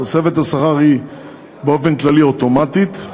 תוספת השכר היא באופן כללי אוטומטית,